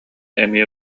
эмиэ